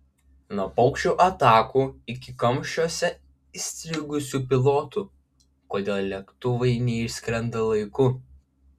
nuo paukščių atakų iki kamščiuose įstrigusių pilotų kodėl lėktuvai neišskrenda laiku